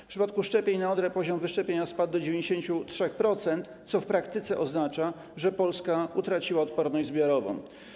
W przypadku szczepień na odrę poziom wyszczepienia spadł do 93%, co w praktyce oznacza, że Polska utraciła odporność zbiorową.